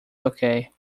okay